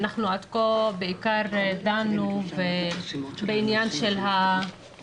עד כה דנו בעיקר בעניין הפיגומים,